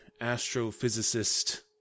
astrophysicist